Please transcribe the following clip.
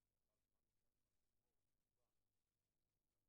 עלות הטיפולים נאמדת בכ-1,000 שקלים חדשים.